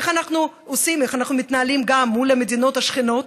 איך אנחנו מתנהלים גם מול המדינות השכנות,